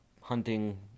hunting